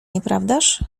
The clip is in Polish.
nieprawdaż